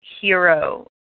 hero